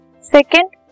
Second